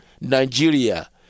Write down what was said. nigeria